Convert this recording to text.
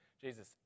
Jesus